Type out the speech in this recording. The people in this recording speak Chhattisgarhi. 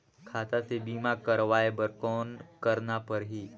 खाता से बीमा करवाय बर कौन करना परही?